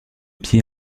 pied